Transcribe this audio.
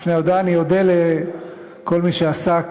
לפני ההודעה אני אודה לכל מי שעסק